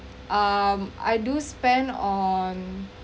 um I do spent on